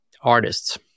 artists